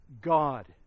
God